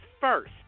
first